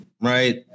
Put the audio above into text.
Right